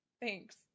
Thanks